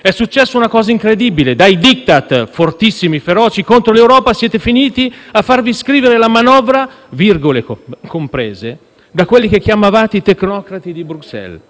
È successa una cosa incredibile: dai *Diktat* fortissimi e feroci contro l'Europa, siete finiti a farvi scrivere la manovra, virgole comprese, da quelli che chiamavate i tecnocrati di Bruxelles.